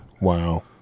wow